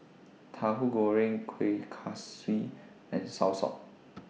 Tahu Goreng Kueh Kaswi and Soursop